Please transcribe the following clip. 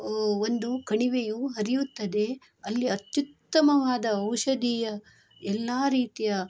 ಒಂದು ಕಣಿವೆಯು ಹರಿಯುತ್ತದೆ ಅಲ್ಲಿ ಅತ್ಯತ್ತಮವಾದ ಔಷಧೀಯ ಎಲ್ಲ ರೀತಿಯ